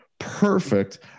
Perfect